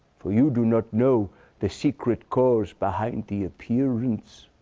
for you do not know the secret cause behind the appearance.